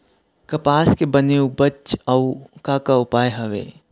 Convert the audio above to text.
कपास के बने उपज बर अउ का का उपाय हवे?